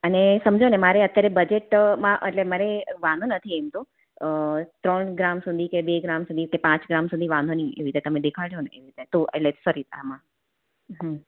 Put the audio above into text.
અને સમજોને મારે અત્યારે બજેટમાં એટલે મારે વાંધો નથી એમ તો અ ત્રણ ગ્રામ સુધી કે બે ગ્રામ સુધી કે પાંચ ગ્રામ સુધી વાંધો નહીં એવી રીતે તમે દેખાડજો ને એવી રીતે તો એટલે સોરી આમાં હ